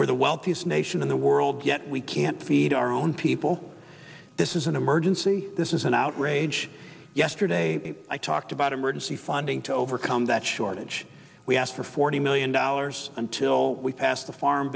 for the wealthiest nation in the world yet we can't feed our own people this is an emergency this is an outrage yesterday i talked about emergency funding to overcome that shortage we asked for forty million dollars until we passed a farm